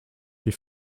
die